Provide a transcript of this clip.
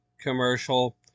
commercial